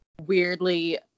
weirdly